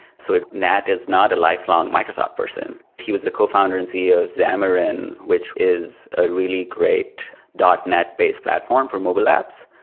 so nat is not a lifelong microsoft person. he was the cofounder and ceo of zamarin, which is a really great net-based platform for mobile apps.